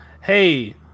Hey